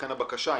לכן הבקשה,